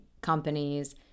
companies